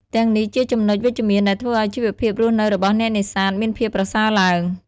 ទាំងនេះជាចំណុចវិជ្ជមានដែលធ្វើឱ្យជីវភាពរស់នៅរបស់អ្នកនេសាទមានភាពប្រសើរឡើង។